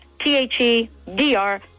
T-H-E-D-R